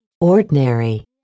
Ordinary